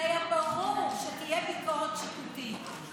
זה היה ברור שתהיה ביקורת שיפוטית.